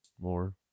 more